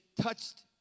touched